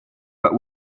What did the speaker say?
but